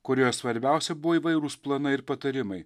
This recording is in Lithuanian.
kurioje svarbiausia buvo įvairūs planai ir patarimai